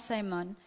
Simon